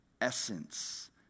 essence